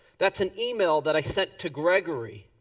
that's an email that i sent to grigory.